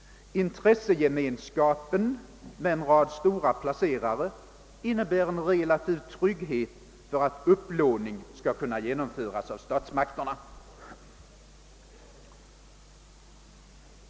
Intressegemenskapen med en rad stora placerare innebär relativ trygghet för att upplåningen skall kunna genomföras av statsmakterna.